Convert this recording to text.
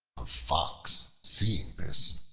a fox, seeing this,